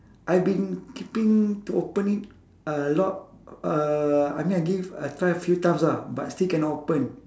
I've been keeping to opening a lot uh I mean I give I try a few times lah but still cannot open